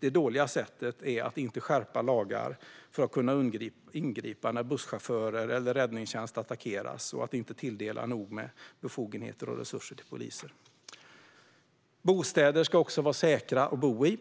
Det dåliga sättet är att inte skärpa lagar för att kunna ingripa när busschaufförer eller räddningstjänst attackeras och att inte tilldela polisen nog med befogenheter och resurser. Bostäder ska också vara säkra att bo i.